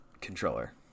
controller